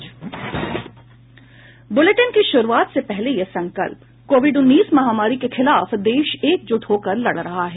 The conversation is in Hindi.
बुलेटिन की शुरूआत से पहले ये संकल्प कोविड उन्नीस महामारी के खिलाफ देश एकजुट होकर लड़ रहा है